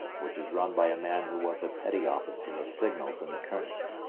which is run by a man who was a petty officer of signals in the konig.